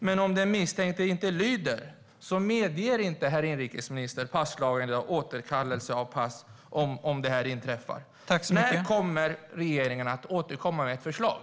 Men om den misstänkte inte lyder medger inte lagen återkallelse av pass, herr inrikesminister. När kommer regeringen att återkomma med ett förslag?